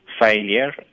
failure